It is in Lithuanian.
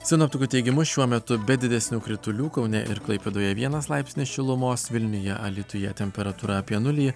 sinoptikų teigimu šiuo metu be didesnių kritulių kaune ir klaipėdoje vienas laipsnis šilumos vilniuje alytuje temperatūra apie nulį